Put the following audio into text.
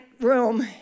room